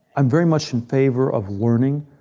i'm very much in favor of learning.